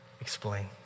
explain